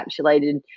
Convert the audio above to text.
encapsulated